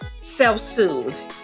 self-soothe